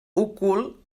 ocult